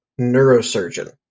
neurosurgeon